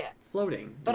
floating